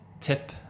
tip